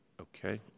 Okay